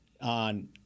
on